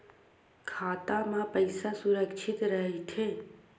खाता मा पईसा सुरक्षित राइथे?